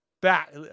back